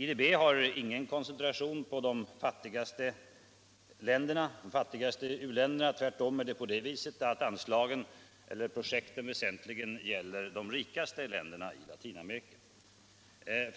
IDB har ingen koncentration på de fattigaste u-länderna. Tvärtom har huvuddelen av projekten hittills hört hemma i de rikaste länderna i Latinamerika.